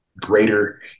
greater